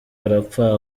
arapfa